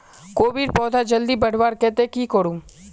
कोबीर पौधा जल्दी बढ़वार केते की करूम?